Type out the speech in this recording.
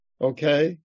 Okay